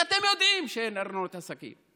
כי אתם יודעים שאין ארנונת עסקים,